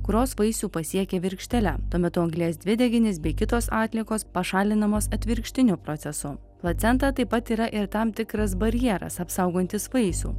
kurios vaisių pasiekia virkštele tuo metu anglies dvideginis bei kitos atliekos pašalinamos atvirkštiniu procesu placenta taip pat yra ir tam tikras barjeras apsaugantis vaisių